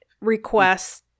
requests